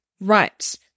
right